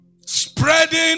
spreading